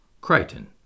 Crichton